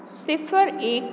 ਸਿਫ਼ਰ ਇੱਕ